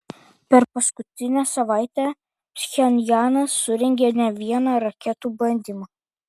per paskutinę savaitę pchenjanas surengė ne vieną raketų bandymą